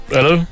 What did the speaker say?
Hello